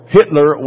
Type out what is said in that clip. Hitler